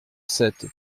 sept